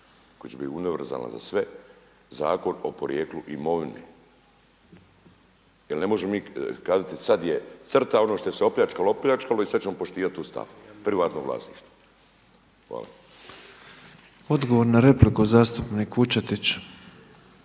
koji će biti univerzalan za sve, Zakon o porijeklu imovine. Jer ne možemo mi kazati sada je crta, ono što se opljačkalo, opljačkalo se i sada ćemo poštivati Ustav, privatno vlasništvo. Hvala. **Petrov, Božo (MOST)** Odgovor na repliku zastupnik Vučetić.